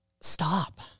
stop